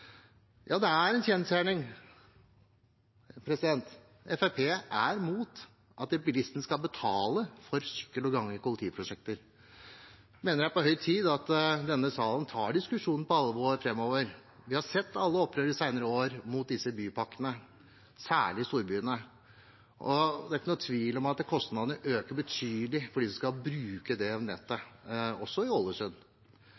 Ja, det er en kjensgjerning: Fremskrittspartiet er imot at bilistene skal betale for sykkel og gange i kollektivprosjekter. Jeg mener det er på høy tid at denne salen tar diskusjonen på alvor framover. Vi har sett alle opprørene i senere år mot disse bypakkene, særlig i storbyene. Og det er ikke noen tvil om at kostnadene øker betydelig for de som skal bruke det